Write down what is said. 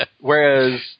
whereas